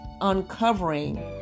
uncovering